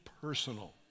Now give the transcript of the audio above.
personal